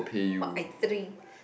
what I drink